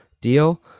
deal